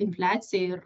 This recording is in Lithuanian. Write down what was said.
infliaciją ir